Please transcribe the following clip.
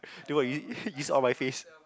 do what you saw my face